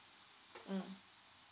mm